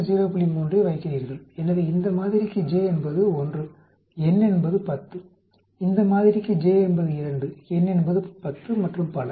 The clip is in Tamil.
3ஐ வைக்கிறீர்கள் எனவே இந்த மாதிரிக்கு j என்பது 1 n என்பது 10 இந்த மாதிரிக்கு j என்பது 2 n என்பது 10 மற்றும் பல